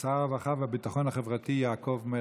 שר הרווחה והביטחון החברתי יעקב מרגי.